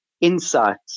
insights